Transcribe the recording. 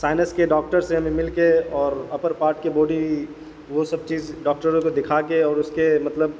science کے doctor سے ہمیں مل کے اور اپر پارٹ کے باڈی وہ سب چیز ڈاکٹروں کو دکھا کے اور اس کے مطلب